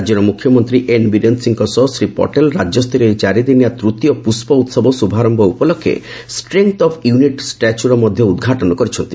ରାଜ୍ୟର ମୁଖ୍ୟମନ୍ତ୍ରୀ ଏନ୍ ବିରେନ୍ ସିଂହଙ୍କ ସହ ଶ୍ରୀ ପଟେଲ୍ ରାଜ୍ୟସରୀୟ ଏହି ଚାରି ଦିନିଆ ତୂତୀୟ ପୁଷ୍ପ ଉତ୍ସବ ଶୁଭାରୟ ଉପଲକ୍ଷେ ଷ୍ଟ୍ରେଙ୍ଗ୍ଥ ଅଫ୍ ୟୁନିଟ୍ ଷ୍ଟାଚ୍ୟୁର ମଧ୍ୟ ଉଦ୍ଘାଟନ କରିଛନ୍ତି